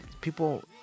people